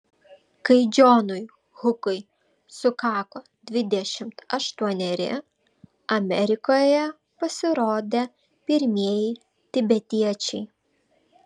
kai džonui hukui sukako dvidešimt aštuoneri amerikoje pasirodė pirmieji tibetiečiai